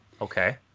Okay